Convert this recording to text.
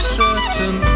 certain